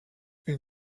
une